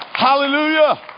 Hallelujah